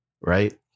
right